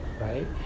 Right